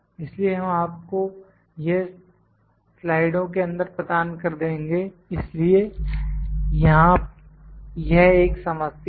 इसलिए हम आपको यह स्लाइडों के अंदर प्रदान कर देंगे इसलिए यहां यह एक समस्या है